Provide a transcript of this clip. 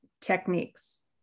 techniques